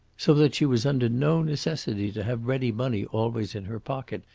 so that she was under no necessity to have ready money always in her pocket,